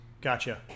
Gotcha